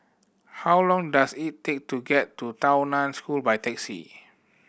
how long does it take to get to Tao Nan School by taxi